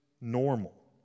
normal